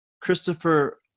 Christopher